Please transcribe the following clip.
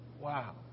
Wow